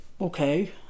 Okay